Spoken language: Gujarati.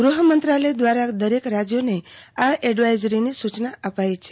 ગૃહમંત્રાલય ધ્વારા દરેક રાજ્યોને આ એડવાઈજરીની સુચના અપાઈ છે